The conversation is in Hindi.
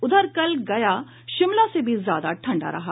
उधर कल गया शिमला से भी ज्यादा ठंडा रहा